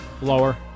Lower